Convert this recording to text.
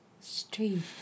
street